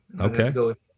okay